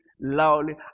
loudly